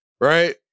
Right